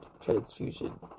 Transfusion